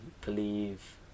believe